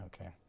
Okay